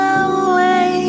away